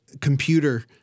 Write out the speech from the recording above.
computer